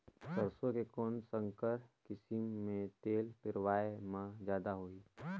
सरसो के कौन संकर किसम मे तेल पेरावाय म जादा होही?